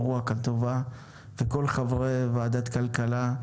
צריך את כל חברי ועדת הכלכלה,